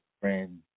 friend